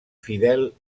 fidel